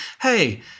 Hey